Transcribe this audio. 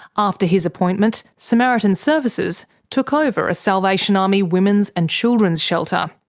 after his appointment, samaritan services took over a salvation army women's and children's shelter.